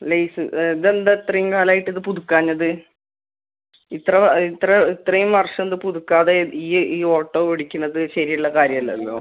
lies ഇതെന്താ ഇത്രയും കാലമായിട്ട് പുതുക്കാഞ്ഞത് ഇത്ര ഇത്ര ഇത്രയും വർഷം ഇത് പുതുക്കാതെ ഈ ഈ ഓട്ടോ ഓടിക്കുന്നത് ശെരിയുള്ള കാര്യമല്ലല്ലോ